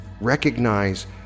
recognize